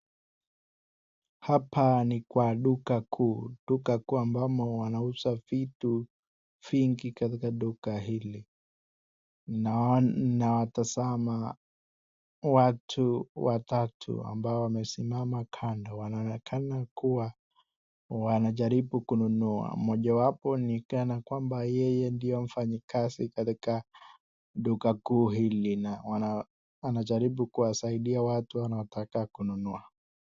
Hapa ni kwa duka kuu, duka kuu ambamo wanauza vitu vingi katika duka hili, nawatazama watu watatu ambao wamesimama kandoz wanaonekana kuwa wanajaribu kununua moja wapo ni kana kwamba yeye ndiye mfanyakazi katika duka kuu hili na anajaribu kuwasaidia watu wanaotaka kununua.